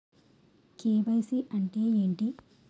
KYC అంటే ఏంటి?